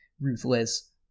ruthless